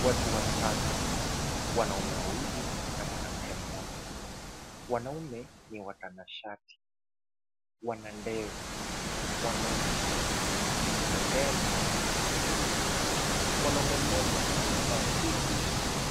Watu watatu, wanaume wawili na mwanamke mmoja. Wanaume ni watanashati wana ndevu. Mwanamke ni mrembo kupindukia. Mwanaume mmoja amevaa suti